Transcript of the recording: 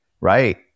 right